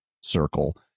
circle